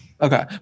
Okay